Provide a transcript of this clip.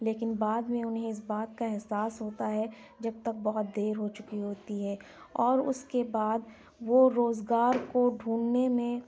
لیکن بعد میں اُنہیں اِس بات کا احساس ہوتا ہے جب تک بہت دیر ہو چُکی ہوتی ہے اور اُس کے بعد وہ روزگار کو ڈھونڈنے میں